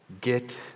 Get